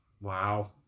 Wow